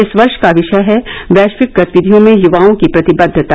इस वर्ष का विषय है वैश्विक गतिविधियों में युवाओं की प्रतिबद्वता